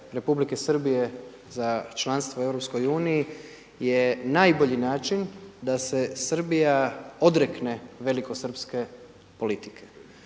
Republike Srbije za članstvo u EU je najbolji način da se Srbija odrekne velikosrpske politike.